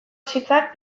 sitsak